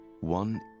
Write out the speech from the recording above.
One